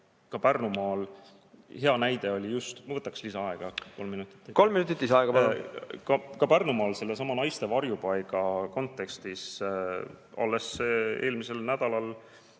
Ka Pärnumaal oli just hea näide ... Ma võtaks lisaaega kolm minutit. Kolm minutit lisaaega. Palun! Ka Pärnumaal sellesama naiste varjupaiga kontekstis alles eelmisel nädalal